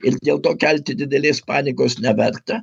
ir dėl to kelti didelės panikos neverta